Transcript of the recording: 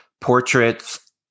portraits